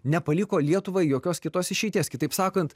nepaliko lietuvai jokios kitos išeities kitaip sakant